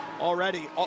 already